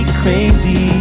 crazy